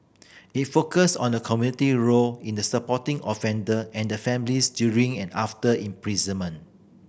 it focus on the community role in the supporting offender and the families during and after imprisonment